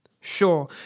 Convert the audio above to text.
Sure